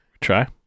Try